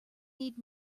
need